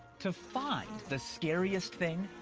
to find the scariest thing,